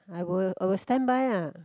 I will I will standby ah